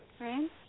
Right